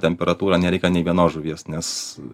temperatūra nereikia nė vienos žuvies nes